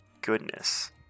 goodness